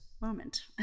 moment